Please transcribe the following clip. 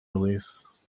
release